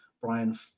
Brian